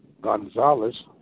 Gonzalez